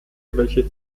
welche